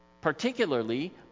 Particularly